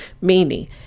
meaning